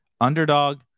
underdog